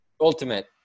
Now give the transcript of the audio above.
ultimate